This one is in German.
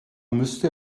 müsste